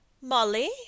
Molly